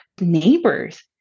neighbors